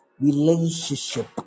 relationship